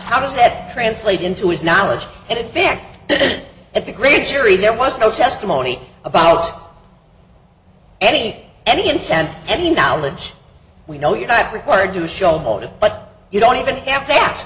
how does that translate into his knowledge and in fact did it at the greeley jury there was no testimony about any any intent any knowledge we know you're not required to show motive but you don't even have t